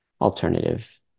alternative